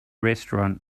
restaurant